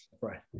Right